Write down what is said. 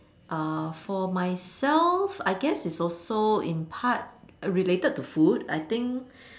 uh for myself I guess it's also in part related to food I think